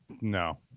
no